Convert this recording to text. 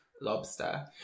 lobster